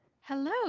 Hello